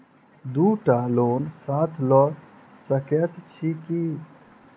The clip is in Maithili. दु टा लोन साथ लऽ सकैत छी की?